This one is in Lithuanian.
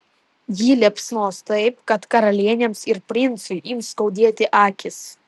ji liepsnos taip kad karalienėms ir princui ims skaudėti akys